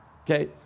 okay